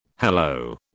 Hello